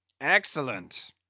Excellent